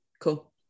Cool